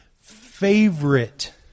favorite